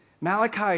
Malachi